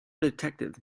detective